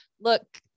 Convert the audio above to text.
look